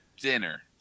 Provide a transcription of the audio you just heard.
Dinner